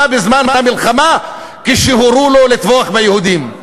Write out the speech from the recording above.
בזמן המלחמה כשהורו לו לטבוח ביהודים.